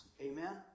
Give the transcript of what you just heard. Amen